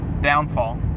downfall